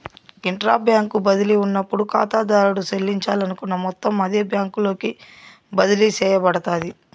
intra bank బదిలీ ఉన్నప్పుడు కాతాదారుడు సెల్లించాలనుకున్న మొత్తం అదే బ్యాంకులోకి బదిలీ సేయబడతాది